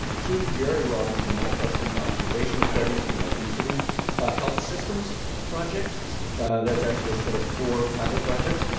two very large multi-center observational studies in obesity a health systems project that's actually a set of four pilot projects,